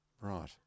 Right